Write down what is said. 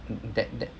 that that